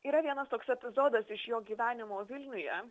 yra vienas toks epizodas iš jo gyvenimo vilniuje